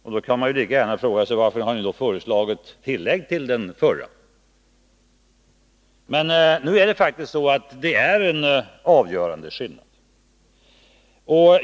Man kan då fråga sig: Varför har ni över huvud taget föreslagit tillägg till den tidigare lagen? Nu är det emellertid så, att det faktiskt finns en avgörande skillnad.